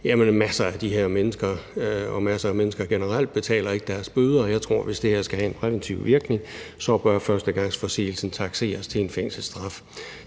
mødt masser af de her mennesker, og der er masser af mennesker generelt, der ikke betaler deres bøder, og jeg tror, at hvis det her skal have en præventiv virkning, bør førstegangsforseelse takseres til en fængselsstraf.